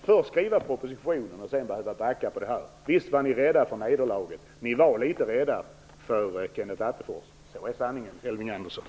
Först skriver ni propositionen och sedan backar ni. Visst var ni rädda för nederlag! Ni var litet rädda för Kenneth Attefors. Det är sanningen, Elving Andersson.